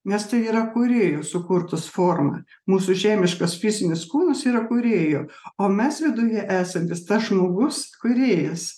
nes tai yra kūrėjo sukurtos forma mūsų žemiškas fizinis kūnas yra kūrėjo o mes viduje esantis tas žmogus kūrėjas